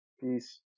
Peace